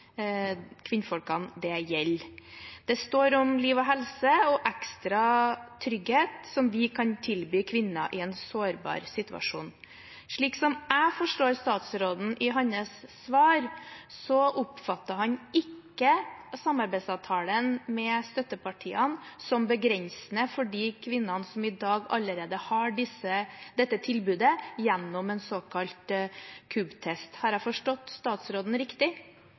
Det står om liv og helse og om ekstra trygghet som vi kan tilby kvinner i en sårbar situasjon. Slik jeg forstår statsråden i hans svar, oppfatter han ikke samarbeidsavtalen med støttepartiene som begrensende for de kvinnene som i dag allerede har dette tilbudet gjennom en såkalt KUB-test. Har jeg forstått statsråden riktig?